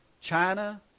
China